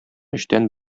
өчтән